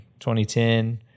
2010